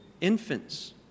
infants